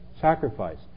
sacrifice